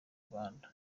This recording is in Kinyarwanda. rwanda